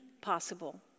possible